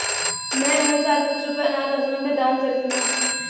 मैं हर साल कुछ रुपए अनाथ आश्रम में दान करती हूँ